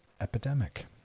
epidemic